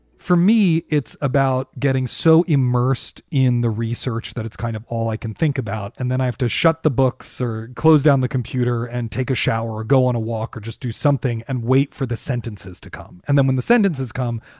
for me, it's about getting so immersed in the research that it's kind of all i can think about. and then i have to shut the books or close down the computer and take a shower or go on a walk or just do something and wait for the sentences to come. and then when the sentences come,